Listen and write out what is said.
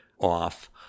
off